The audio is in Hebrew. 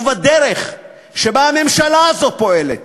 ובדרך שבה הממשלה הזאת פועלת